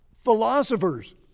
philosophers